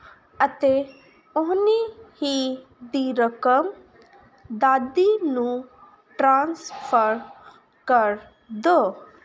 ਅਤੇ ਓਨੀ ਹੀ ਦੀ ਰਕਮ ਦਾਦੀ ਨੂੰ ਟਰਾਂਸਫਰ ਕਰ ਦੋ